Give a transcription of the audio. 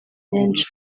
menshi